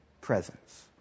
Presence